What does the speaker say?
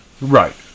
right